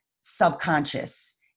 subconscious